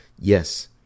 Yes